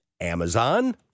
Amazon